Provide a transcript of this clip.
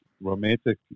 romantic